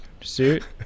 suit